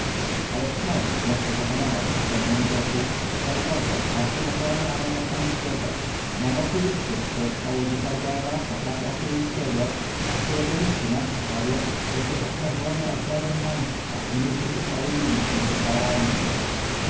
ale tutmozis prędko zapanował nad sobą i rzekł herhorze arcykapłanie amona tebańskiego na mocy listów które pisałeś do sargona satrapy asyryjskiego a które to listy mam przy sobie jesteś oskarżony o zdradę państwa i musisz usprawiedliwić się przed